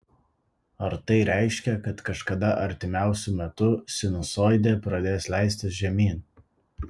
ar tai reiškia kad kažkada artimiausiu metu sinusoidė pradės leistis žemyn